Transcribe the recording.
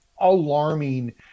alarming